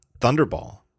Thunderball